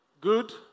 Good